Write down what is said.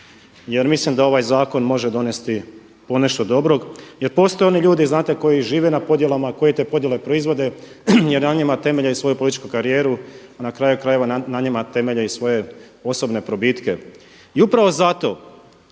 jer mislim da ovaj zakon može donesti ponešto dobrog. Jer postoje oni ljudi, znate koji žive na podjelama, koji te podjele proizvode jer na njima temelje i svoju političku karijeru, a na kraju krajeva na njima temelje i svoje osobne probitke. I upravo zato